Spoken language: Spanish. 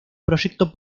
proyecto